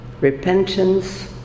repentance